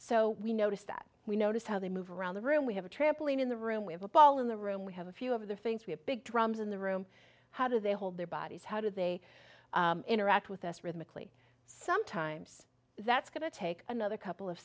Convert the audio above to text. so we notice that we notice how they move around the room we have a trampoline in the room we have a ball in the room we have a few of the things we have big drums in the room how do they hold their bodies how do they interact with us rhythmically sometimes that's going to take another couple of